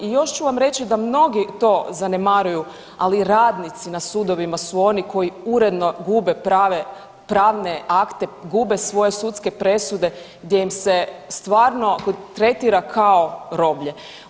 I još ću vam reći da mnogi to zanemaruju, ali radnici na sudovima su oni koji uredno gube pravne akte, gube svoje sudske presude gdje im se stvarno tretira kao roblje.